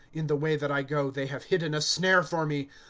in the way that i go they have hidden a snare for me.